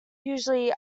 usually